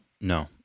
No